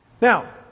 Now